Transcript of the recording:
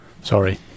Sorry